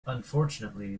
unfortunately